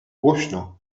głośno